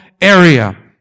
area